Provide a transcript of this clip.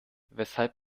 weshalb